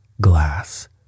Glass